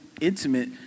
intimate